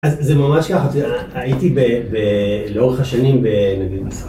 אז זה ממש ככה, הייתי לאורך השנים בגיל מסע.